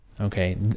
okay